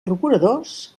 procuradors